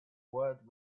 would